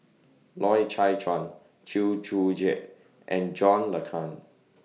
Loy Chye Chuan Chew Joo Chiat and John Le Cain